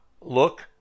look